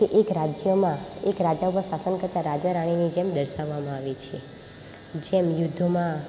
કે એક રાજ્યમાં એક રાજા ઉપર શાસન કરતાં રાજા રાણીની જેમ દર્શાવવામાં આવે છે જેમ યુદ્ધોમાં